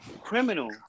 criminal